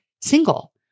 single